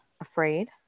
afraid